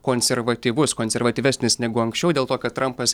konservatyvus konservatyvesnis negu anksčiau dėl to kad trampas